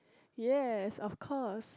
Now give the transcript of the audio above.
yes of course